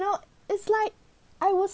so it's like I will